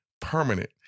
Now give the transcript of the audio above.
permanent